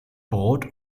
brot